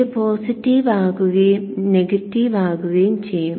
ഇത് പോസിറ്റീവ് ആകുകയും അത് നെഗറ്റീവ് ആകുകയും ചെയ്യും